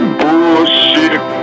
bullshit